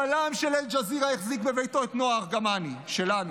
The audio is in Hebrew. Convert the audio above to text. צלם של אל-ג'זירה החזיק בביתו את נועה ארגמני שלנו.